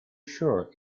sure